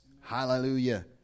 Hallelujah